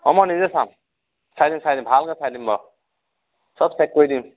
অঁ মই নিজে চাম চাই দিম চাই দিম ভালকে চাই দিম বাৰু চব চেক কৰি দিম